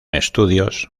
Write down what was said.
estudios